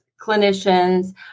clinicians